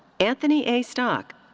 anthony a. stock.